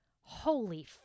holy